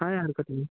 काय हरकत नाही